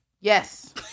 yes